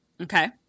Okay